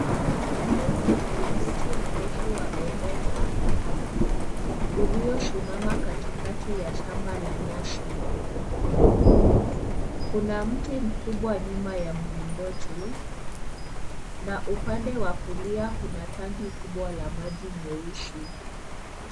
Huo ni mlingoti mrefu wa bendera uliosimama katikati ya shamba la nyasi. Kuna mti mkubwa nyuma ya mlingoti na upande wa kulia ku na tanki kubwa la maji nyeusi.